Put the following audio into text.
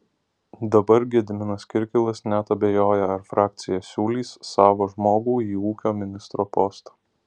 dabar gediminas kirkilas net abejoja ar frakcija siūlys savą žmogų į ūkio ministro postą